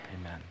Amen